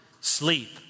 sleep